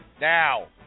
Now